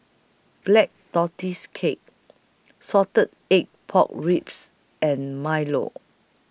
Black Tortoise Cake Salted Egg Pork Ribs and Milo